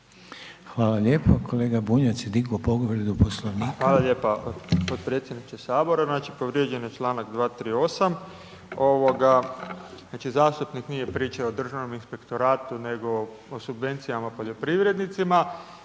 Hvala lijepo. Kolega Bunjac je digao povredu Poslovnika. **Bunjac, Branimir (Živi zid)** Hvala lijepa potpredsjedniče Sabora. Znači, povrijeđen je čl. 238. Znači zastupnik nije pričao o Državnom inspektoratu nego o subvencijama poljoprivrednicima,